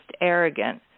arrogant